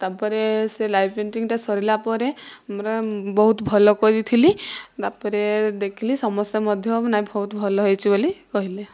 ତା'ପରେ ସେ ଲାଇଭ୍ ପେଣ୍ଟିଙ୍ଗ୍ଟା ସରିଲା ପରେ ମୋର ବହୁତ ଭଲ କରିଥିଲି ତା'ପରେ ଦେଖିଲି ସମସ୍ତେ ମଧ୍ୟ ନାହିଁ ବହୁତ ଭଲ ହୋଇଛି ବୋଲି କହିଲେ